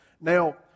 Now